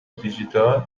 دیجیتال